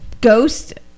ghost